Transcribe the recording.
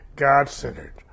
God-centered